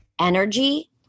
energy